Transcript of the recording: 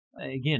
Again